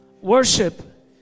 worship